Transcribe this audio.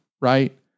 right